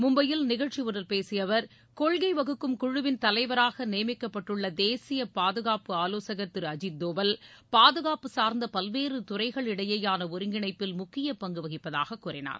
மும்பையில் நிகழ்ச்சியொன்றில் பேசிய அவர் கொள்கை வகுக்கும் குழுவின் தலைவராக நியமிக்கப்பட்டுள்ள தேசிய பாதுகாப்பு ஆலோசகர் திரு அஜித் தோவல் பாதுகாப்பு சார்ந்த பல்வேறு துறைகளிடையேயான ஒருங்கிணைப்பில் முக்கிய பங்கு வகிப்பதாக கூறினார்